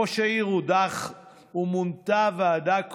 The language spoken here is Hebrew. ראש העיר הודח ומונתה ועדה קרואה,